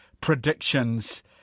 predictions